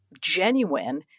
genuine